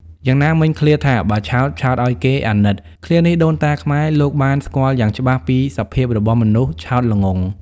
យ៉ាងណាមិញ ឃ្លាថា បើឆោត ឆោតឲ្យគេអាណិត ឃ្លានេះ ដូនតាខ្មែរ លោកបានស្គាល់យ៉ាងច្បាស់ពីសភាពរបស់មនុស្សឆោតល្ងង់។